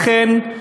לכן,